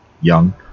young